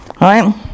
Right